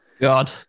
God